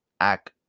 act